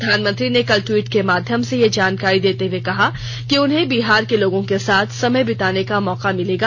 प्रधानमंत्री ने कल ट्वीट के माध्यम से यह जानकारी देते हुए कहा है कि उन्हें कल बिहार के लोगों के साथ समय बिताने का मौका मिलेगा